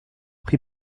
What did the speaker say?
pris